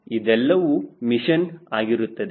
ಇದೆಲ್ಲವೂ ಮಿಷನ್ ಆಗಿರುತ್ತವೆ